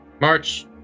March